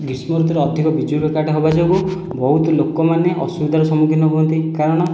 ଗ୍ରୀଷ୍ମ ଋତୁରେ ଅଧିକ ବିଜୁଳି କାଟ ହେବା ଯୋଗୁଁ ବହୁତ ଲୋକମାନେ ଅସୁବିଧାର ସମ୍ମୁଖୀନ ହୁଅନ୍ତି କାରଣ